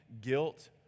guilt